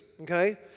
Okay